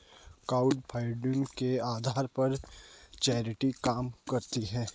crowdfunding के आधार पर चैरिटी काम करती है